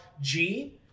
G-